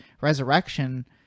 Resurrection